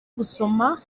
gusoma